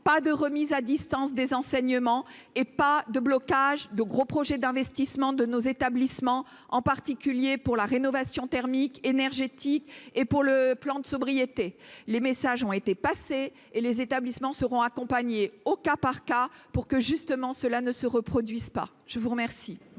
pas de remise à distance des enseignements et pas de blocage de gros projets d'investissement de nos établissements, en particulier pour la rénovation thermique énergétique et pour le plan de sobriété les messages ont été passés et les établissements seront accompagnés au cas par cas pour que justement cela ne se reproduise pas, je vous remercie.